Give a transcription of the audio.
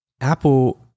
Apple